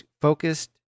focused